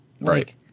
Right